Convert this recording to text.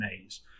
maze